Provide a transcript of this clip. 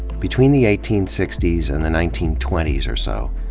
between the eighteen sixty s and the nineteen twenty s or so,